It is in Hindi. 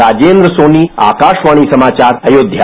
राजेन्द्र सोनी आकाशवाणी समाचार अयोध्या